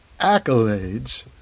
accolades